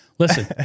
Listen